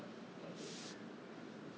okay